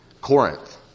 Corinth